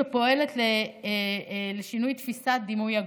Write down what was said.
שפועלת לשינוי תפיסת דימוי הגוף: